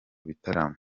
bitaramo